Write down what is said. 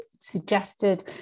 suggested